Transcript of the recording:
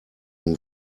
nun